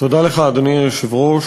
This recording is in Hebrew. אדוני היושב-ראש,